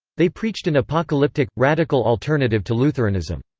they preached an apocalyptic, radical alternative to lutheranism.